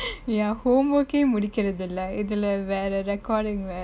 ya homework கே மடிக்கரது இல்ல இதுல வேர:ke mudikarathu ille ithule vere recording வேர:vere